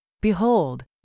Behold